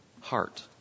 heart